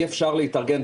אי-אפשר להתארגן.